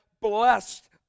blessed